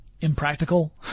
impractical